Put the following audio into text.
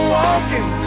walking